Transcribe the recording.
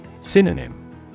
Synonym